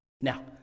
Now